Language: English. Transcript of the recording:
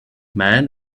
man